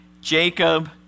Jacob